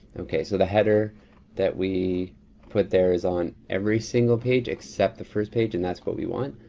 okay, so the header that we put there is on every single page except the first page, and that's what we want.